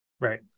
Right